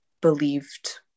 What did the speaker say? believed